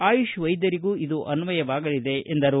ಆಯುಷ್ ವೈದ್ಯರಿಗೂ ಇದು ಅನ್ವಯವಾಗಲಿದೆ ಎಂದರು